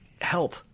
help